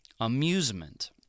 amusement